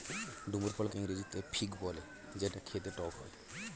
ডুমুর ফলকে ইংরেজিতে ফিগ বলে যেটা খেতে টক হয়